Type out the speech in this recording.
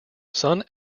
sun